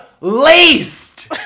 laced